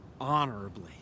honorably